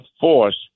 force